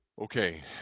Okay